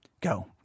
Go